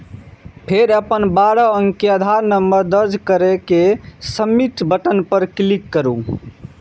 फेर अपन बारह अंक के आधार नंबर दर्ज कैर के सबमिट बटन पर क्लिक करू